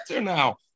now